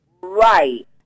Right